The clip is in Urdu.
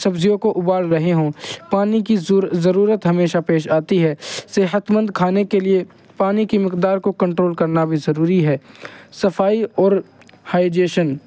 سبزیوں کو ابال رہے ہوں پانی کی ضرورت ہمیشہ پیش آتی ہے صحتمند کھانے کے لیے پانی کی مقدار کو کنٹرول کرنا بھی ضروری ہے صفائی اور ہائیجیشن